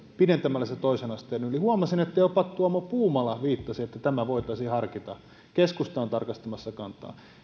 pidentämällä oppivelvollisuutta toisen asteen yli huomasin että jopa tuomo puumala viittasi että tätä voitaisiin harkita keskusta on tarkistamassa kantaansa